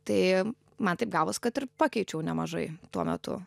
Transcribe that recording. tai man taip gavos kad ir pakeičiau nemažai tuo metu